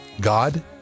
God